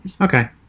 Okay